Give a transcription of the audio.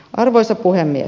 arvoisa puhemies